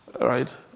Right